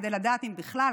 כדי לדעת אם בכלל,